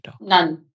None